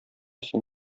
син